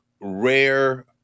rare